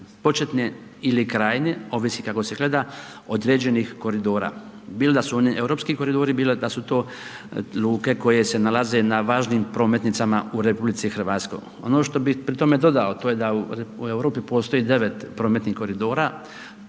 početne ili krajnje, ovisno kako se gleda, određenih koridora, bilo da su one europski koridori, bilo da su to luke koje se nalaze na važnim prometnicama u RH. Ono što bi pri tome dodao, to je da u Europi postoji 9 prometnih koridora,